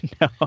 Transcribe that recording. No